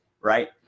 Right